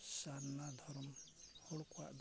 ᱥᱟᱨᱱᱟ ᱫᱷᱚᱨᱚᱢ ᱦᱚᱲ ᱠᱚᱣᱟᱜ ᱫᱚ